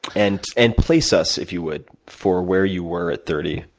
and and, place us, if you would, for where you were at thirty,